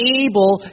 able